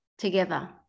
Together